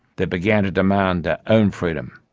they began to demand their own freedom,